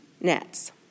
nets